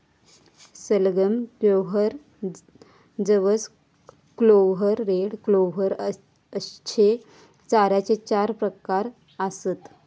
सलगम, क्लोव्हर, जवस clover, red clover अश्ये चाऱ्याचे चार प्रकार आसत